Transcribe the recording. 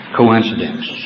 coincidence